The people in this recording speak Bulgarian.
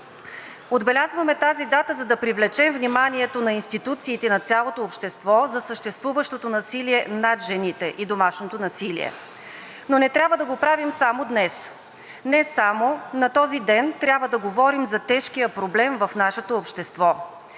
Отбелязваме тази дата, за да привлечем вниманието на институциите и на цялото общество за съществуващото насилие над жените и домашното насилие. Но не трябва да го правим само днес! Не само на този ден трябва да говорим за тежкия проблем в нашето общество.